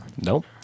Nope